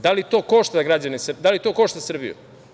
Da li to košta građane, da li to košta Srbiju?